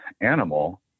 animal